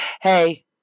hey